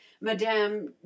madame